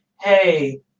Hey